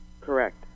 correct